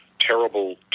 terrible